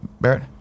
Barrett